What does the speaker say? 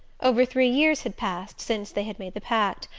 over three years had passed since they had made the pact,